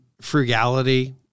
frugality